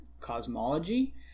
cosmology